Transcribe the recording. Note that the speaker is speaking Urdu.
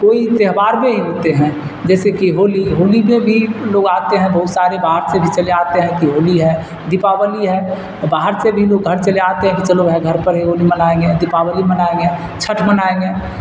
کوئی تہوار میں ہی ہوتے ہیں جیسے کی ہولی ہولی میں بھی لوگ آتے ہیں بہت سارے باہر سے بھی چلے آتے ہیں کہ ہولی ہے دیپاولی ہے باہر سے بھی لوگ گھر چلے آتے ہیں کہ چلو بھی گھر پر ہی ہولی منائیں گے دیپاولی منائیں گے چھٹھ منائیں گے